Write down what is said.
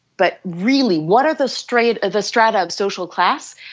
but really what are the strand of strand of social class,